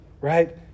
right